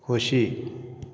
खोशी